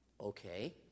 Okay